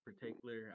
Particular